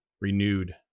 renewed